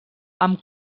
amb